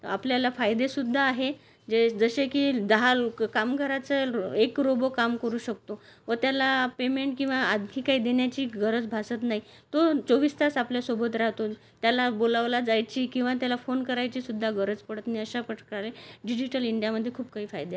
आपल्याला फायदे सुद्धा आहे जे जसे की दहा लोकं कामगाराचं एक रोबो काम करू शकतो व त्याला पेमेंट किंवा आणखी काही देण्याची गरज भासत नाही तो चोवीस तास आपल्यासोबत राहतो त्याला बोलवला जायची किंवा त्याला फोन करायची सुद्धा गरज पडत नाही अशाप्रकारे डिजिटल इंडियामध्ये खूप काही फायदे